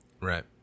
Right